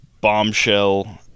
Bombshell